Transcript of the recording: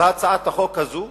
בהצעת החוק הזאת.